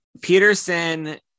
Peterson